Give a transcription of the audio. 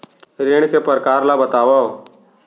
ऋण के परकार ल बतावव?